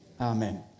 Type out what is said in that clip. amen